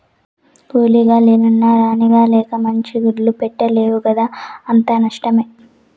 కూలీగ లెన్నున్న రాణిగ లెక్క మంచి గుడ్లు పెట్టలేవు కదా అంతా నష్టమే